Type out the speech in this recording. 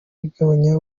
igabanya